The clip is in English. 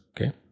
okay